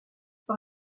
par